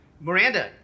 Miranda